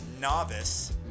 novice